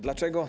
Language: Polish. Dlaczego?